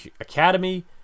academy